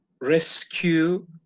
rescue